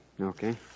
Okay